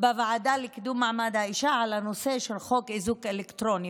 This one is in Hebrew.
בוועדה לקידום מעמד האישה על הנושא של חוק איזוק אלקטרוני,